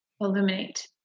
illuminate